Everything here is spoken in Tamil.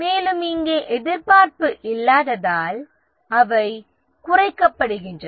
மேலும் இங்கு எதிர்பார்ப்பு இல்லாததால் உந்துதல் என்பது குறைக்கப்படுகின்றன